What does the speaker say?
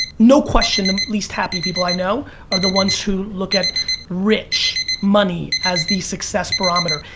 no question, the least happy people i know are the ones who look at rich, money as the success barometer.